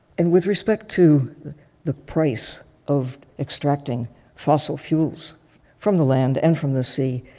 and with respect to the price of extracting fossil fuels from the land and from the sea,